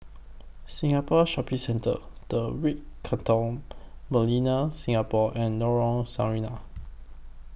Singapore Shopping Centre The Ritz Carlton Millenia Singapore and Lorong Sarina